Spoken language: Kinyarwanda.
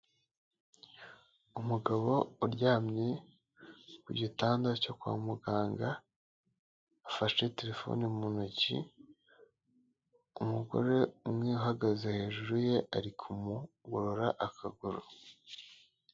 Umugabo uryamye ku gitanda cyo kwa muganga afashe terefone mu ntoki, umugore umwe uhagaze hejuru ye ari kumugorora akaguru.